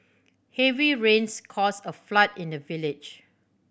heavy rains cause a flood in the village